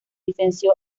licenció